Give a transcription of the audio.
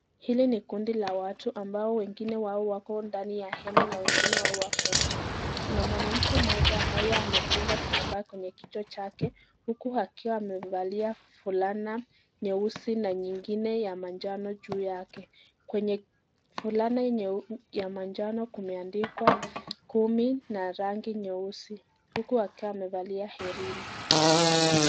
Hili ni kundi la watu ambao wengine wao wako ndani ya hema na wengine wao wako nje. Kuna mwanamke mmoja ambaye amefunga kitambaa kwenye kichwa chake, huku akiwa amevalia fulana nyeusi na nyingine ya manjano juu yake. Kwenye fulana ya manjano kumeandikwa kumi na rangi nyeusi, huku akiwa amevalia herini.